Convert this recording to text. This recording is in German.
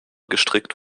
gestrickt